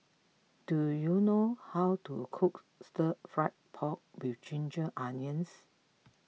do you know how to cook Stir Fried Pork with Ginger Onions